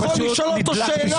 אני לא יכול לשאול אותו שאלה,